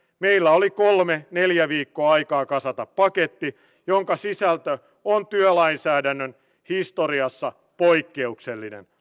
meillä oli kolme neljä viikkoa aikaa kasata paketti jonka sisältö on työlainsäädännön historiassa poikkeuksellinen